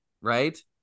Right